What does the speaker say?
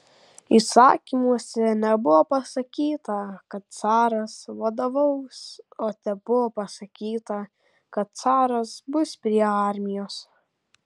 įsakymuose nebuvo pasakyta kad caras vadovaus o tebuvo pasakyta kad caras bus prie armijos